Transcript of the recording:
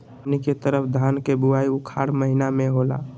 हमनी के तरफ धान के बुवाई उखाड़ महीना में होला